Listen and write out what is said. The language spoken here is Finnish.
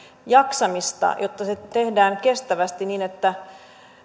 jaksamista jotta se tehdään kestävästi niin että